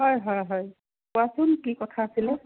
হয় হয় হয় কোৱাচোন কি কথা আছিলে